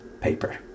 paper